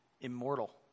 immortal